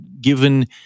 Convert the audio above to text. given